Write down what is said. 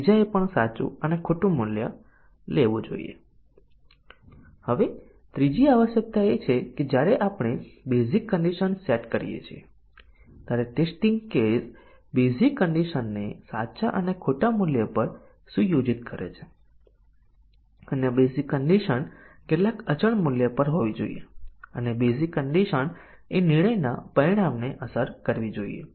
આ ફક્ત કમ્પાઇલર દ્વારા શોર્ટ સર્કિટ મૂલ્યાંકનનું એક ઉદાહરણ છે અને વસ્તુઓને વધુ જટિલ બનાવવા માટે શોર્ટ સર્કિટ મૂલ્યાંકન કમ્પાઇલર થી કમ્પાઇલર સુધી બદલાય છે આપણે ધારણા કરી શકતા નથી કે બધા કમ્પાઇલર આ જુદા જુદા કમ્પાઇલર જેવી કન્ડિશન અભિવ્યક્તિનું મૂલ્યાંકન કરે છે વિવિધ વસ્તુઓ કરી શકે છે